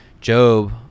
Job